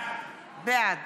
בעד